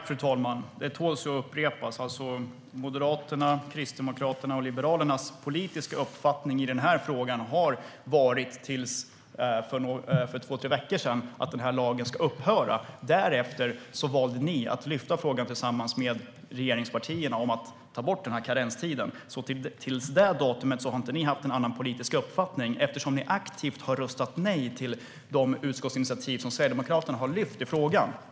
Fru talman! Det tål att upprepas: Moderaternas, Kristdemokraternas och Liberalernas politiska uppfattning i den här frågan har till för två tre veckor sedan varit att den här lagen ska upphöra. Därefter valde ni att tillsammans med regeringspartierna lyfta fram frågan om att ta bort karenstiden. Fram till det datumet har ni inte haft en annan politisk uppfattning eftersom ni aktivt har röstat nej till de utskottsinitiativ som Sverigedemokraterna har lyft upp i frågan.